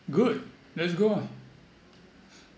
good let's go ah